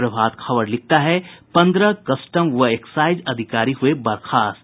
प्रभात खबर लिखता है पन्द्रह कस्टम व एक्साइज अधिकारी हुये बर्खास्त